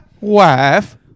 wife